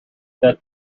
that